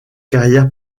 carrière